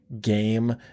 game